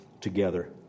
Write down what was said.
together